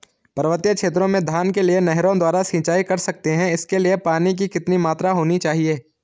पर्वतीय क्षेत्रों में धान के लिए नहरों द्वारा सिंचाई कर सकते हैं इसके लिए पानी की कितनी मात्रा होनी चाहिए?